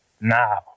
now